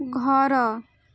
ଘର